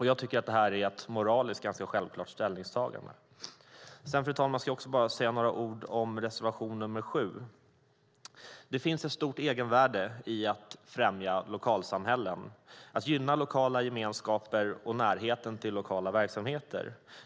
Jag tycker att detta är ett moraliskt sett ganska självklart ställningstagande. Sedan, fru talman, ska jag bara säga några ord om reservation nr 7. Det finns ett stort egenvärde i att främja lokalsamhällen och att gynna lokala gemenskaper och närheten till lokala verksamheter.